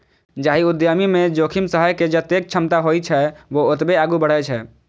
जाहि उद्यमी मे जोखिम सहै के जतेक क्षमता होइ छै, ओ ओतबे आगू बढ़ै छै